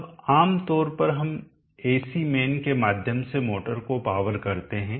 अब आम तौर पर हम एसी मेन के माध्यम से मोटर को पावर कर रहे हैं